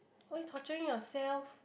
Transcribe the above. why you torturing yourself